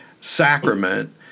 sacrament